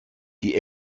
die